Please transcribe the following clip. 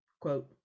quote